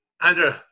Andrew